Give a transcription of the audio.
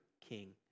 king